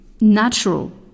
natural